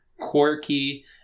Quirky